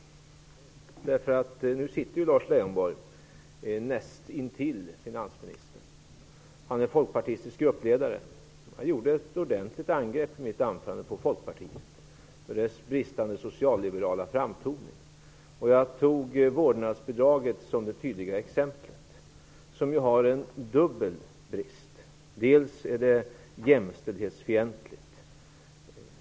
Lars Leijonborg sitter näst intill finansministern. Han är folkpartistisk gruppledare. Jag gjorde i mitt anförande ett ordentligt angrepp på Folkpartiet för dess bristande socialliberala framtoning. Jag tog där vårdnadsbidraget som det tydligaste exemplet. Det har en dubbel brist. Det är först och främst jämställdshetsfientligt.